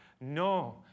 no